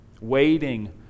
waiting